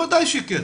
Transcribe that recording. בוודאי שכן.